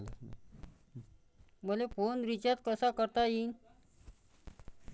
मले phone recharge कसा करता येईन?